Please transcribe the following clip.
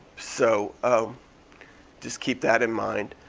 so um just keep that in mind.